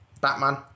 Batman